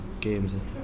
games